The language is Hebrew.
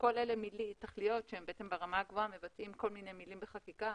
כל אלה תכליות שברמה הגבוהה מבטאים כל מיני מילים בחקיקה